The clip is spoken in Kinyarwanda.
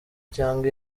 cyangwa